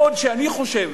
בעוד אני חושב